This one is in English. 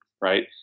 right